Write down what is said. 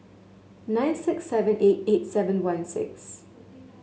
nine six seven eight eight seven one six